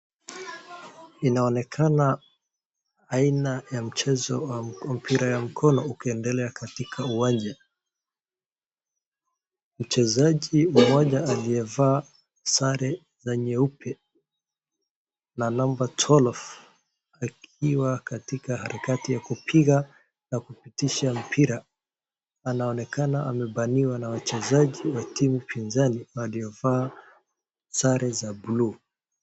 Inaonekana aina ya mchezo wa mpira ya mkono ukiendelea katika uwanja, mchezaji mmoja aliyevaa sare za nyeupe na number twelve , akiwa katika harakati ya kupiga na kupitisha mpira, anaonekana amebaniwa na wachezaji wa timu pinzani waliovaa sare za buluu.